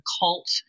cult